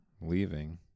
leaving